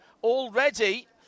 Already